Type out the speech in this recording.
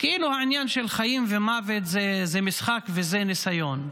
כאילו העניין של חיים ומוות זה משחק וזה ניסיון.